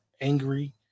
angry